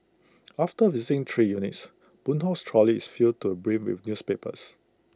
after visiting three units boon Hock's trolley is filled to brim with newspapers